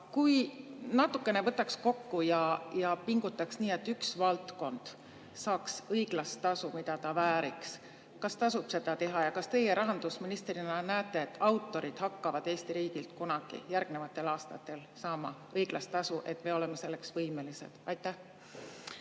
kui natukene võtaks kokku ja pingutaks nii, et üks valdkond saaks õiglast tasu, mida ta vääriks? Kas tasub seda teha ja kas teie rahandusministrina näete, et autorid hakkavad Eesti riigilt kunagi järgnevatel aastatel saama õiglast tasu, et me oleme selleks võimelised? Aitäh,